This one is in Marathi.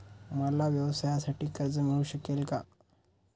मला व्यवसायासाठी कर्ज मिळू शकेल का?